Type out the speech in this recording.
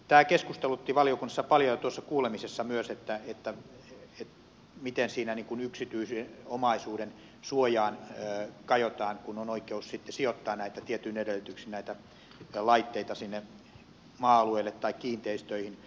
tämä keskustelutti valiokunnassa paljon ja tuossa kuulemisessa myös miten siinä yksityisen omaisuuden suojaan kajotaan kun on oikeus sitten sijoittaa tietyin edellytyksin näitä laitteita sinne maa alueille tai kiinteistöihin